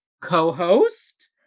co-host